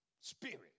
spirit